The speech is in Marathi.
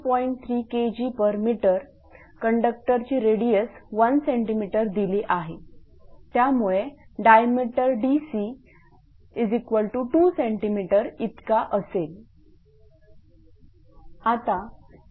3 Kgm कंडक्टरची रेडियस 1 cm दिली आहे त्यामुळे डायमीटर dc2 cm इतका असेल